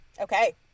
Okay